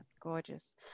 gorgeous